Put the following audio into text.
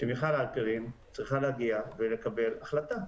שמיכל הלפרין צריכה לקבל החלטה,